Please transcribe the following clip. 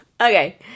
Okay